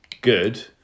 good